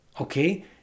Okay